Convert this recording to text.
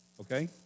Okay